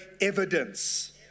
evidence